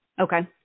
Okay